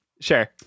Sure